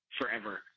forever